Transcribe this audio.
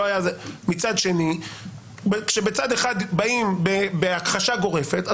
מצד שני כשצד אחד באים בהכחשה גורפת,